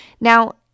Now